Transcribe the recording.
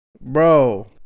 Bro